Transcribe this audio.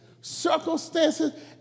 circumstances